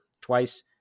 twice